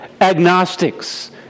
agnostics